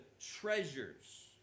treasures